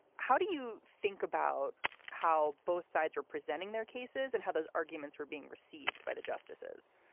how do you think about how both sides are presenting their cases and how those arguments were being received by the justices?